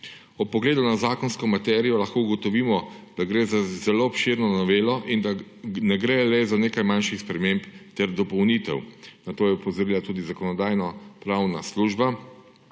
Ob pogledu na zakonsko materijo lahko ugotovimo, da gre za zelo obširno novelo in ne gre le za nekaj manjših sprememb ter dopolnitev. Na to je opozorila tudi Zakonodajno-pravna služba.